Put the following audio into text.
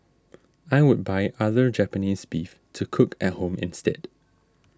I would buy other Japanese beef to cook at home instead